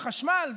חשמל,